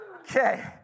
Okay